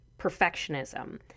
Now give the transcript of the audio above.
perfectionism